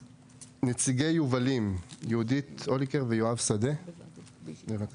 נציגי יובלים, יהודית אוליקר ויואב שדה, בבקשה.